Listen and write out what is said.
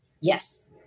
Yes